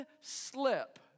slip